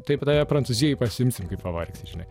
taip tave prancūzijai pasiimsim kai pavargsti žinai